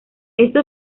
esto